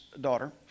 daughter